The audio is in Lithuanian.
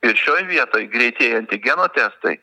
ir šioj vietoj greitieji antigeno testai